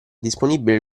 disponibile